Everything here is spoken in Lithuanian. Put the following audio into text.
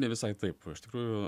ne visai taip iš tikrųjų